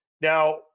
Now